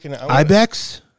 Ibex